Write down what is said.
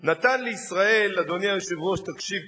נתן לישראל, אדוני היושב-ראש, תקשיב טוב,